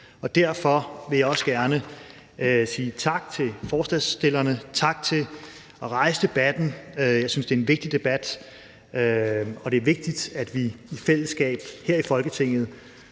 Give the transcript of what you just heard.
Derfor vil jeg også gerne sige tak til forslagsstillerne – tak for at rejse debatten. Jeg synes, det er en vigtig debat, og det er vigtigt, at vi i fællesskab her i Folketinget